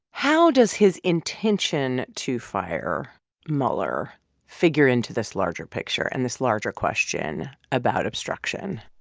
how does his intention to fire mueller figure into this larger picture and this larger question about obstruction?